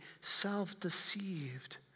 self-deceived